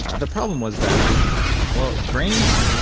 the problem was that well, grains,